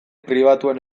pribatuen